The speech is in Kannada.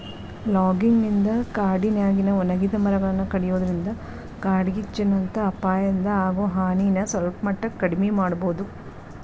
ಲಾಗಿಂಗ್ ನಿಂದ ಕಾಡಿನ್ಯಾಗಿನ ಒಣಗಿದ ಮರಗಳನ್ನ ಕಡಿಯೋದ್ರಿಂದ ಕಾಡ್ಗಿಚ್ಚಿನಂತ ಅಪಾಯದಿಂದ ಆಗೋ ಹಾನಿನ ಸಲ್ಪಮಟ್ಟಕ್ಕ ಕಡಿಮಿ ಮಾಡಬೋದು